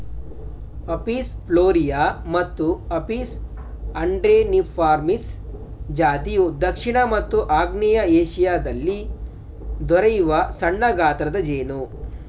Apis florea ಮತ್ತು Apis andreniformis ಜಾತಿಯು ದಕ್ಷಿಣ ಮತ್ತು ಆಗ್ನೇಯ ಏಶಿಯಾದಲ್ಲಿ ದೊರೆಯುವ ಸಣ್ಣಗಾತ್ರದ ಜೇನು